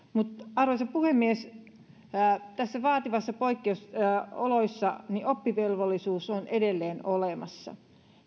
arvoisa puhemies näissä vaativissa poikkeusoloissa oppivelvollisuus on edelleen olemassa